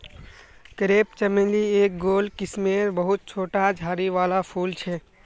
crepe चमेली एक गोल किस्मेर बहुत छोटा झाड़ी वाला फूल छे